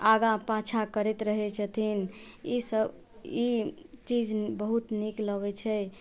आगाँ पाछाँ करैत रहै छथिन ईसब ई चीज बहुत नीक लगै छै